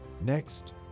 Next